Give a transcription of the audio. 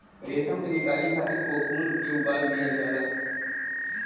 रेशम के निकाले खातिर कोकून के उबाल दिहल जाला